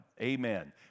amen